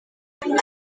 imana